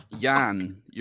Jan